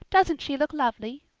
doesn't she look lovely?